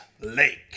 Lake